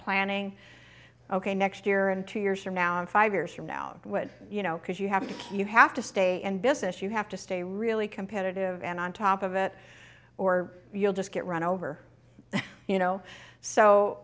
planning ok next year and two years from now five years from now what you know because you have to you have to stay in business you have to stay really competitive and on top of it or you'll just get run over you know so